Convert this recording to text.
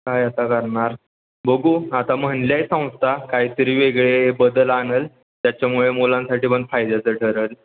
काय आता करणार बघू आता म्हटल्याही संस्था काही तरी वेगळे बदल आणेल त्याच्यामुळे मुलांसाठी पण फायद्याचं ठरेल